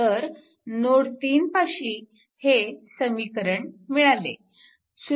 तर नोड 3 पाशी हे समीकरण मिळाले